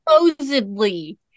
supposedly